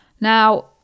now